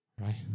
right